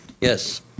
Yes